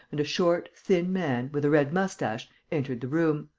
and a short, thin man, with a red moustache, entered the room.